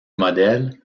modèles